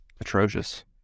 Atrocious